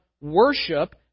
worship